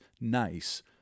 nice